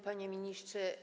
Panie Ministrze!